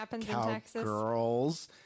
Cowgirls